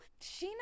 sheena